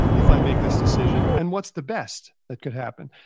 if i make this decision and what's the best that could happen?